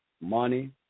money